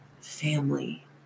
Family